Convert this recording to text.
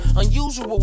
unusual